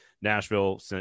Nashville